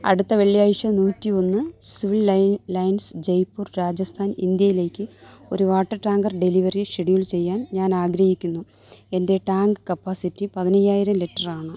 അടുത്ത വെള്ളിയാഴ്ച നൂറ്റിയൊന്ന് civil line lines Jaipur Rajasthan ഇന്ത്യയിലേക്ക് ഒരു വാട്ടർ ടാങ്കർ ഡെലിവറി ഷെഡ്യൂൾ ചെയ്യാൻ ഞാൻ ആഗ്രഹിക്കുന്നു എൻ്റെ ടാങ്ക് കപ്പാസിറ്റി പതിനയ്യായിരം ലിറ്ററാണ്